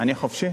אני חופשי?